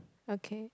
okay